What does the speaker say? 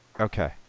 Okay